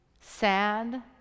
sad